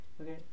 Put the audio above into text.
okay